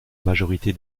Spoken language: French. majorité